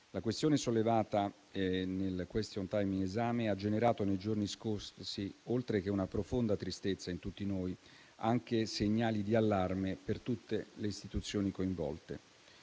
La questione sollevata nel *question time* ha generato, nei giorni scorsi, oltre che una profonda tristezza in tutti noi, anche segnali di allarme per tutte le istituzioni coinvolte.